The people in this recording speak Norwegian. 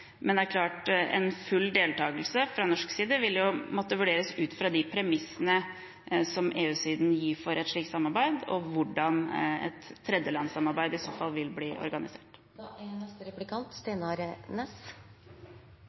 Men det er klart at en full deltakelse fra norsk side vil måtte vurderes ut fra de premissene som EU-siden gir for et slikt samarbeid, og hvordan et tredjelandssamarbeid i så fall vil bli organisert.